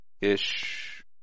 ish